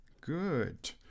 good